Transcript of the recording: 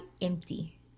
empty